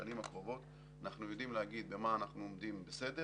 לשנים הקרובות אנחנו יודעים להגיד במה אנחנו עומדים בסדר,